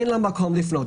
אין לו מקום לפנות.